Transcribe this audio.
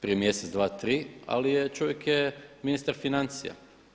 Prije mjesec, dva, tri, ali je, čovjek je ministar financija.